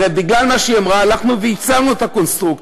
הרי בגלל מה שהיא אמרה הצענו את הקונסטרוקציה,